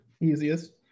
easiest